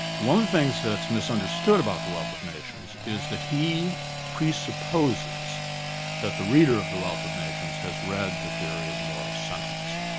one of the things that's misunderstood about the wealth of nations is that he presupposes that the reader of the wealth of nations has read the theory of moral sentiments,